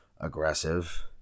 aggressive